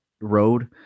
road